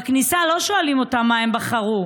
בכניסה לא שואלים אותם מה הם בחרו,